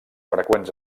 freqüents